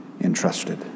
entrusted